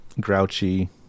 grouchy